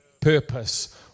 purpose